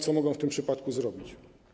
Co mogą w tym przypadku zrobić?